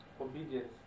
obedience